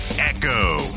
Echo